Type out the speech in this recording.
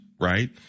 right